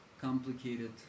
complicated